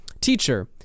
teacher